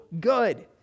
good